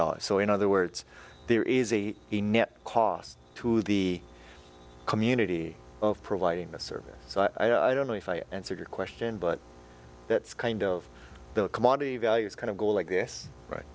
dollars so in other words there is a cost to the community providing a service so i don't know if i answered your question but that's kind of the commodity values kind of go like this right